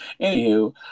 Anywho